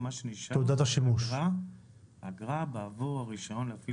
מה שנשאר לשלם אגרה בעבור הרישיון להפעיל